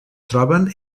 troben